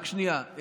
רק שנייה.